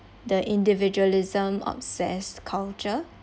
the individualism obsessed culture